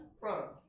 France